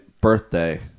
birthday